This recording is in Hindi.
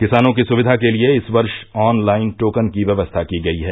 किसानों की सुक्या के लिये इस वर्ष ऑन लाइन टोकन की व्यवस्था की गई हैं